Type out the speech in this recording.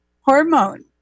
hormone